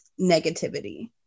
negativity